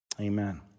Amen